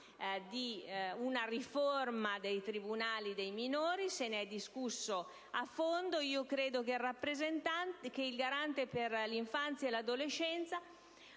di una riforma dei tribunali dei minori: se ne è discusso a fondo. Credo che il Garante per l'infanzia e l'adolescenza